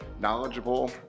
knowledgeable